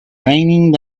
raining